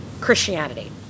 Christianity